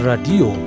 Radio